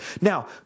Now